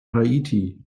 haiti